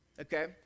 okay